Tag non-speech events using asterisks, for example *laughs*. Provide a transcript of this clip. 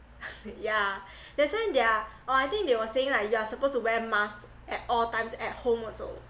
*laughs* yeah that's why there're oh I think they was saying like you are supposed to wear masks at all times at home also